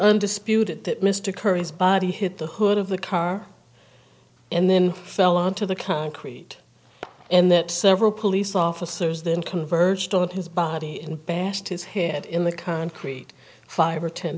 undisputed that mr curry's body hit the hood of the car and then fell onto the concrete and that several police officers then converged on his body and bashed his head in the concrete five or ten